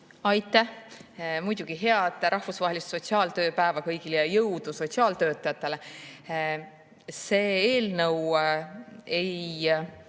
Aitäh! Muidugi head rahvusvahelist sotsiaaltöö päeva kõigile ja jõudu sotsiaaltöötajatele! See eelnõu tulu